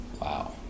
Wow